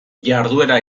jarduera